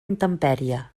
intempèrie